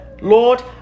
Lord